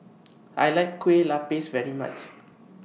I like Kueh Lapis very much